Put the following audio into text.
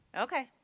Okay